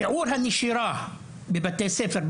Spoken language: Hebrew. שיעור הנשירה בבתי הספר,